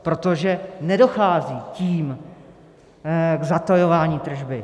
Protože nedochází tím k zatajování tržby.